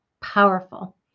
powerful